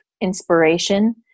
inspiration